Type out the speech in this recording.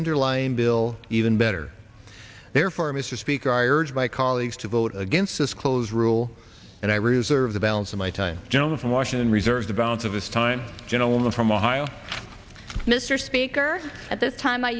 underlying bill even better therefore mr speaker i urge my colleagues to vote against this close rule and i reserve the balance of my time gentleman from washington reserve the balance of this time gentleman from ohio mr speaker at this time i